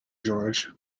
george